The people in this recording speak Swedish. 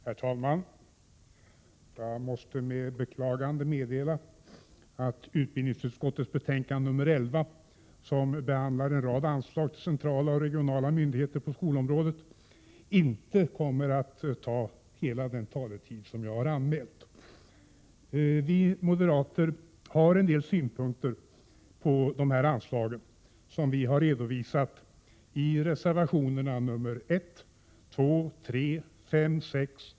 Herr talman! Jag måste med beklagande meddela att jag för utbildningsutskottets betänkande 11, som behandlar en rad anslag till centrala och regionala myndigheter på skolområdet, inte kommer att använda hela den taletid som jag har anmält. Vi moderater har en del synpunkter på de här anslagen som vi har Prot. 1987/88:90 redovisat i reservationerna 1-3 och 5—9.